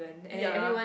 ya